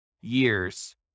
years